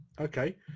okay